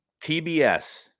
TBS